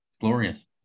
glorious